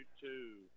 two